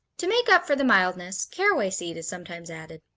to make up for the mildness caraway seed is sometimes added.